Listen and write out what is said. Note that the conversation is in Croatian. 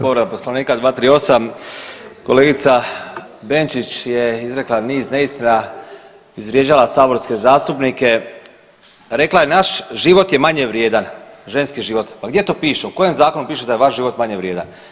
Povreda Poslovnika 238., kolegica Benčić je izrekla niz neistina, izvrijeđala saborske zastupnike, rekla je naš život je manje vrijedan, ženski život, pa gdje to piše, u kojem zakonu piše da je vaš život manje vrijedan.